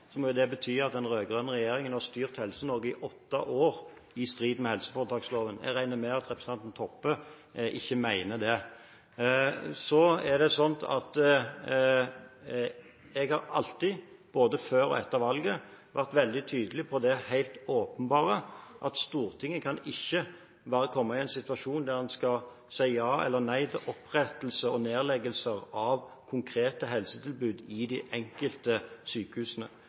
må jo det bety at den rød-grønne regjeringen har styrt Helse-Norge i åtte år i strid med helseforetaksloven. Jeg regner med at representanten Toppe ikke mener det. Jeg har alltid, både før og etter valget, vært veldig tydelig på det helt åpenbare: Stortinget kan ikke komme i en situasjon der det skal si ja eller nei til opprettelser og nedleggelser av konkrete helsetilbud i de enkelte sykehusene.